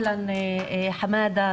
שלום חמאדה,